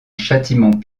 châtiment